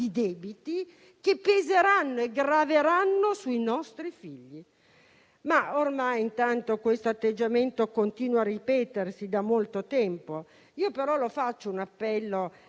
debiti che peseranno e graveranno sui nostri figli. Ormai questo atteggiamento continua a ripetersi da molto tempo. Io però lo faccio un appello